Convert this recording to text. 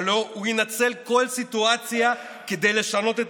אבל הוא ינצל כל סיטואציה כדי לשנות את